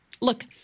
Look